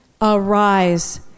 arise